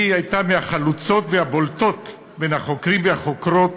היא הייתה מהחלוצות והבולטות בקרב החוקרים והחוקרות